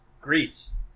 greece